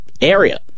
area